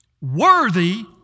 worthy